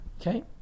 Okay